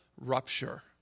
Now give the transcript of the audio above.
rupture